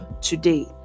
today